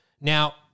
now